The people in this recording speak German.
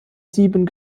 sieben